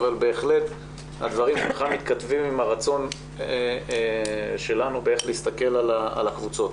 אבל בהחלט הדברים שלך מתכתבים עם הרצון שלנו באיך להסתכל על הקבוצות.